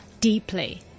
deeply